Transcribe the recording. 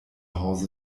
haus